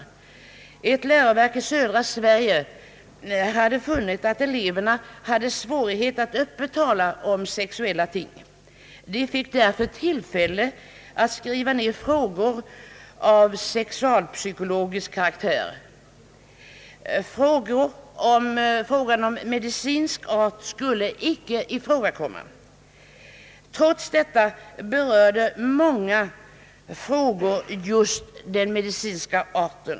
Vid ett läroverk i södra Sverige hade man funnit att eleverna hade svårigheter att öppet tala om sexuella ting. De fick därför tillfälle att skriva ned frågor av sexualpsykologisk karaktär. Frågor av medicinsk art skulle inte komma i fråga. Trots detta var många frågor just av medicinsk art.